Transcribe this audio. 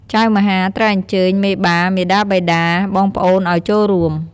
ចៅមហាត្រូវអញ្ជើញមេបា មាតាបិតា បងប្អូនអោយចូលរួម។